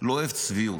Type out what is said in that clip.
לא אוהב צביעות.